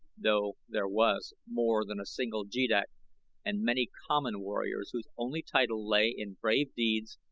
though there was more than a single jeddak and many common warriors whose only title lay in brave deeds,